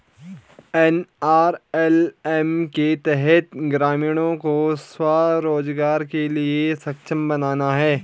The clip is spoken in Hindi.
एन.आर.एल.एम के तहत ग्रामीणों को स्व रोजगार के लिए सक्षम बनाना है